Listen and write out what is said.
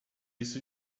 isso